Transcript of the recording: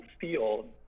feel